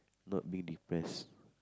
not being depressed